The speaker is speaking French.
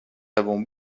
avons